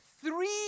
three